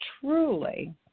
truly